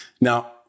Now